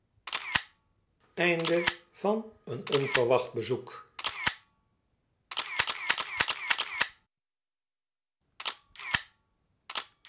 i een onverwacht bezoek